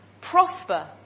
prosper